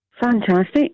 Fantastic